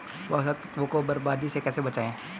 पोषक तत्वों को बर्बादी से कैसे बचाएं?